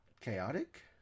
Chaotic